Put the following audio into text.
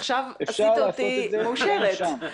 עכשיו גרמת לי להיות מאושרת.